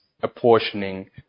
apportioning